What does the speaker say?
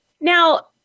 Now